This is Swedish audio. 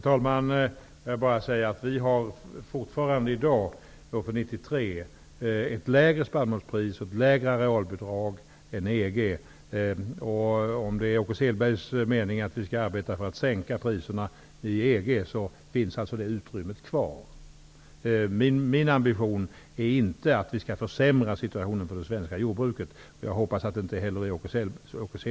Herr talman! Vi har fortfarande under 1993 ett lägre spannmålspris och ett lägre arealbidrag än vad man har inom EG. Om det är Åke Selbergs mening att vi skall medverka till att sänka priserna i EG, finns det kvar ett sådant utrymme. Min ambition är inte att försämra situationen för det svenska jordbruket. Jag hoppas att det inte heller är Åke